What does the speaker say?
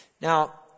now